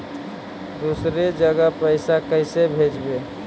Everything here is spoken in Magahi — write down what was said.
दुसरे जगह पैसा कैसे भेजबै?